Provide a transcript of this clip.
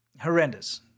Horrendous